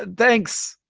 ah thanks.